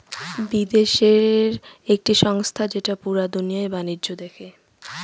বিদেশের একটি সংস্থা যেটা পুরা দুনিয়ার বাণিজ্য দেখে